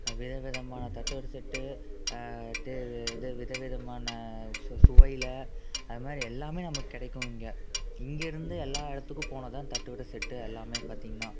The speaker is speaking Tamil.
விதவிதமான தட்டுவடை செட்டு டே வே இது விதவிதமான சு சுவையில் அதுமாதிரி எல்லாமே நமக்கு கிடைக்கும் இங்கே இங்கே இருந்து எல்லா இடத்துக்கும் போனதுதான் தட்டுவடை செட்டு எல்லாமே பார்த்தீங்கன்னா